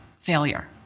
failure